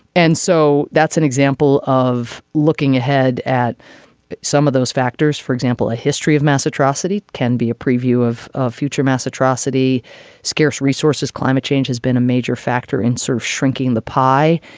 and so that's an example of looking ahead at some of those factors for example a history of mass atrocity can be a preview of of future mass atrocity scarce resources climate change has been a major factor in sort of shrinking the pie.